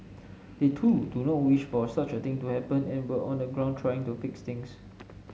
they too do not wish for such a thing to happen and were on the ground trying to fix things